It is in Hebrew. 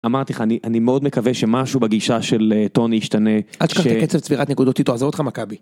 אמרתי לך, אני אני מאוד מקווה שמשהו בגישה של טוני ישתנה אל אשכח את הקצב צבירת נקודות איתו עזוב אותך מכבי.